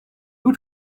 who